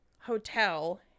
hotel